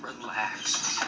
relax